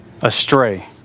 astray